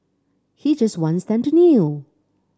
he just wants them to kneel